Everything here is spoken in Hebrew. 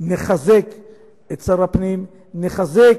נחזק את שר הפנים, נחזק